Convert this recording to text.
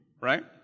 Right